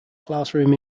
classroom